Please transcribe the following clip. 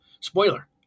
spoiler